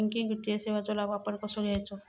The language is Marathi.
बँकिंग वित्तीय सेवाचो लाभ आपण कसो घेयाचो?